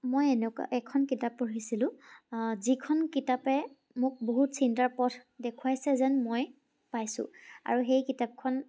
মই এনেকুৱা এখন কিতাপ পঢ়িছিলোঁ যিখন কিতাপে মোক বহুত চিন্তাৰ পথ দেখুৱাইছে যেন মই পাইছোঁ আৰু সেই কিতাপখন